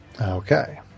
Okay